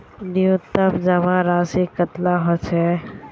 न्यूनतम जमा राशि कतेला होचे?